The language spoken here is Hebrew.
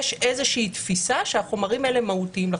יש איזה תפיסה שהחומרים האלה מהותיים לחקירה.